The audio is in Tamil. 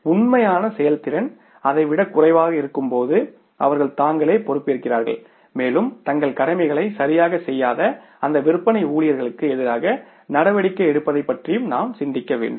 உண்மையான செயல்திறன் அதைவிடக் குறைவாக இருக்கும்போது அவர்கள் தாங்களே பொறுப்பேற்கிறார்கள் மேலும் தங்கள் கடமைகளைச் சரியாகச் செய்யாத அந்த விற்பனை ஊழியர்களுக்கு எதிராக நடவடிக்கை எடுப்பதைப் பற்றி நாம் சிந்திக்க முடியும்